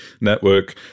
network